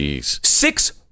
six